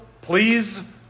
please